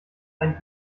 ein